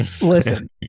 listen